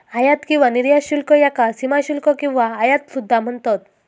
आयात किंवा निर्यात शुल्क याका सीमाशुल्क किंवा आयात सुद्धा म्हणतत